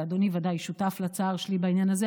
אדוני ודאי שותף לצער שלי בעניין הזה,